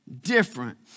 different